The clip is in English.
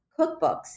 cookbooks